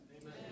Amen